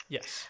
Yes